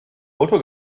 auto